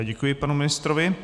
Děkuji panu ministrovi.